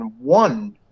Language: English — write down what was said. one